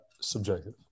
subjective